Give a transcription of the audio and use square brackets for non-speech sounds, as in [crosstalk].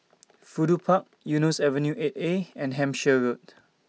[noise] Fudu Park Eunos Avenue eight A and Hampshire Road